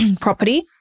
property